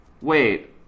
Wait